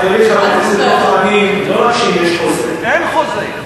חברי, חברי, לא רק שיש חוזה, אין חוזה.